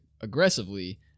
aggressively